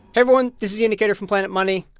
everyone. this is the indicator from planet money.